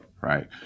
Right